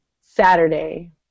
Saturday